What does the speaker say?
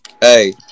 Hey